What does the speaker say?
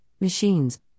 machines